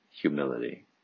humility